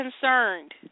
concerned